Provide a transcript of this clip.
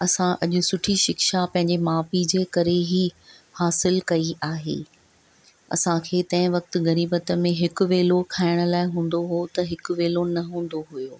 असां अॼु सुठी शिक्षा पंहिंजे माउ पीउ जे करे ई हासिलु कई आहे असांखे तंहिं वक़्ति ग़रीबत में हिकु वेलो खाइण लाइ हूंदो हुओ त हिकु वेलो न हूंदो हुओ